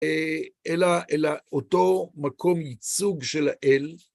אלא אותו מקום ייצוג של האל.